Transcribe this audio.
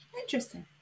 Interesting